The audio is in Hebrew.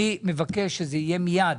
אני מבקש שזה יהיה מיד.